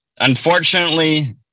Unfortunately